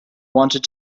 wanted